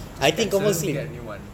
just cancel get a new [one]